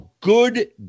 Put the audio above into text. good